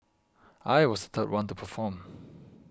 I was third one to perform